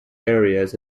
areas